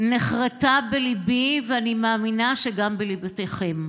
נחרתה בליבי, ואני מאמינה שגם בליבותיכם.